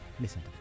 Listen